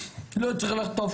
לא צריך לחטוף